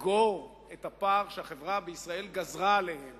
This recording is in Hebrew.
לסגור את הפער שהחברה בישראל גזרה עליהן